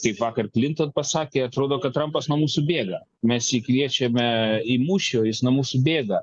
taip vakar klinton pasakė atrodo kad trampas nuo mūsų bėga mes jį kviečiame į mūšį o jis nuo mūsų bėga